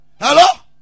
Hello